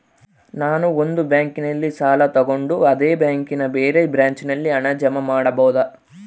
ನಾನು ಒಂದು ಬ್ಯಾಂಕಿನಲ್ಲಿ ಸಾಲ ತಗೊಂಡು ಅದೇ ಬ್ಯಾಂಕಿನ ಬೇರೆ ಬ್ರಾಂಚಿನಲ್ಲಿ ಹಣ ಜಮಾ ಮಾಡಬೋದ?